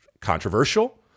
controversial